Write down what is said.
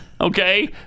Okay